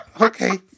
Okay